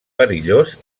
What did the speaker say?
perillós